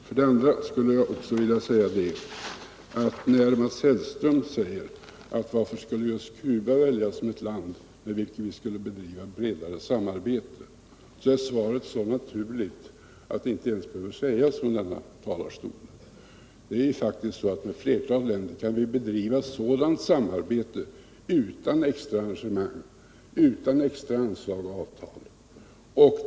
För det andra vill jag svara på Mats Hellströms fråga varför just Cuba skulle väljas som ett land med vilket vi skulle bedriva bredare samarbete. Svaret är så naturligt att det inte ens behöver sägas från kammarens talarstol: Det är faktiskt så att med flertalet länder kan vi bedriva sådant samarbete utan extra arrangemang, utan extra anslag och avtal.